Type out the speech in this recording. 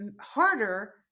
harder